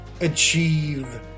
achieve